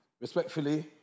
Respectfully